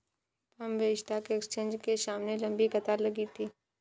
Bombay stock exchange के सामने लंबी कतार लगी थी